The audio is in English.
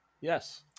Yes